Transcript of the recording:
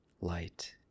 light